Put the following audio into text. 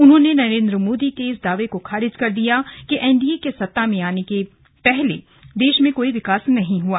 उन्होंने नरेन्द्र मोदी के इस दावे को खारिज कर दिया कि एनडीए के सत्ता में आने से पहले देश में कोई विकास नहीं हुआ